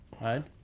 right